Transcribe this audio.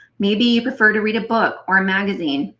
maybe you prefer to read a book or a magazine.